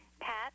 Pat